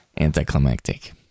anticlimactic